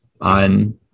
on